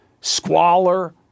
squalor